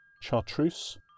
chartreuse